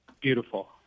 beautiful